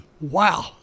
wow